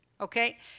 okay